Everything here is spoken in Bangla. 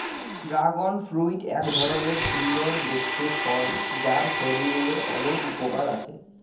ড্রাগন ফ্রুইট এক ধরলের সুন্দর দেখতে ফল যার শরীরের অলেক উপকার আছে